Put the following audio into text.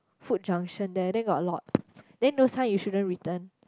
food junction there then got a lot then those kind you shouldn't return